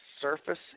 surface